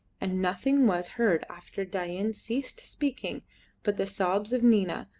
and nothing was heard after dain ceased speaking but the sobs of nina,